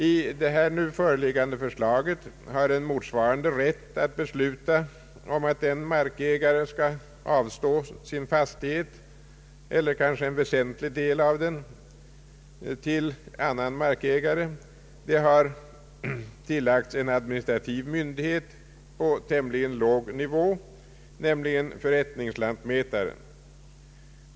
I det nu föreliggande förslaget har en motsvarande rätt att besluta om att en markägare skall avstå sin fastighet, eller en väsentlig del därav, tillagts en administrativ myndighet på tämligen låg nivå, nämligen förrättningslantmätaren.